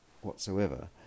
whatsoever